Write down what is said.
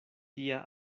tia